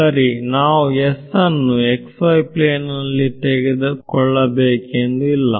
ಸರಿ ನಾವು Sಅನ್ನು xy ಪ್ಲೇನ್ ನಲ್ಲಿ ತೆಗೆದುಕೊಳ್ಳಬೇಕೆಂದು ಇಲ್ಲ